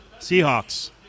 Seahawks